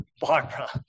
Barbara